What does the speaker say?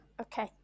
Okay